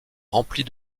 remplis